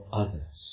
others